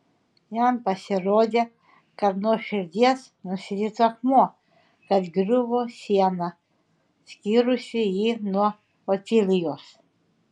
jam pasirodė kad nuo širdies nusirito akmuo kad griuvo siena skyrusi jį nuo otilijos